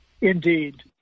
Indeed